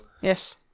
yes